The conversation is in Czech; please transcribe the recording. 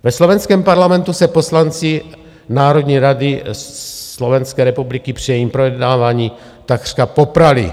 Ve slovenském parlamentu se poslanci Národní rady Slovenské republiky při jejím projednávání takřka poprali.